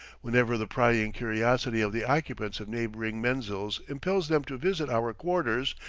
whenever the prying curiosity of the occupants of neighboring menzils impels them to visit our quarters,